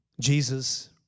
Jesus